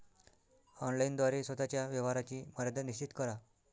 online द्वारे स्वतः च्या व्यवहाराची मर्यादा निश्चित करा